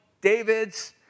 David's